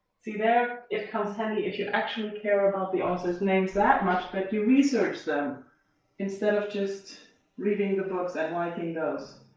see there it comes handy if you actually care about the author's names that much that you research them instead of just reading the books that liking those.